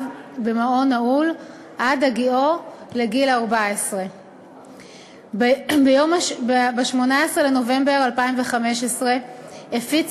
במעון נעול עד הגיעו לגיל 14. ב-18 בנובמבר 2015 הפיץ